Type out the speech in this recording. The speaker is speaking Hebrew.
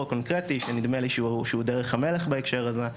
הקונקרטי שנדמה לי שהוא דרך המלך בהקשר הזה,